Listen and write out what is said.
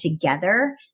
together